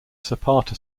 zapata